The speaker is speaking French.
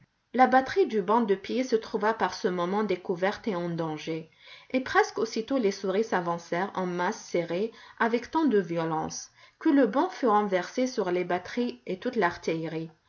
la batterie du banc de pied se trouva par ce mouvement découverte et en danger et presque aussitôt les souris s'avancèrent en masses serrées avec tant de violence que le banc fut renversé sur les batteries et toute l'artillerie